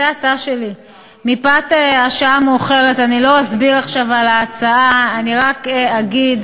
התשע"ו 2016, עברה בקריאה ראשונה, ועוברת